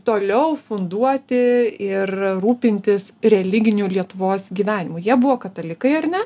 toliau funduoti ir rūpintis religiniu lietuvos gyvenimu jie buvo katalikai ar ne